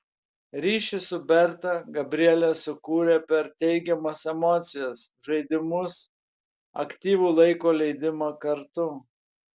ryšį su berta gabrielė sukūrė per teigiamas emocijas žaidimus aktyvų laiko leidimą kartu